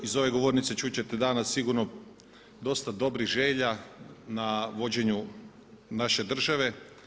Iz ove govornice čut ćete danas sigurno dosta dobrih želja na vođenju naše države.